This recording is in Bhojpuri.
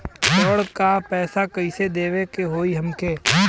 ऋण का पैसा कइसे देवे के होई हमके?